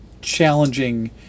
challenging